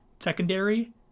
secondary